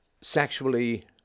sexually